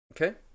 Okay